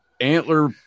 antler